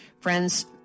friends